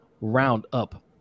Roundup